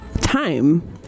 Time